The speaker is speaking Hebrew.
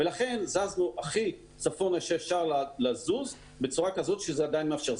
ולכן זזנו הכי צפונה שאפשר לזוז בצורה כזאת שזה עדיין מאפשר.